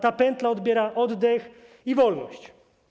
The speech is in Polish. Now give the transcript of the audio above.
Ta pętla odbiera oddech i wolność.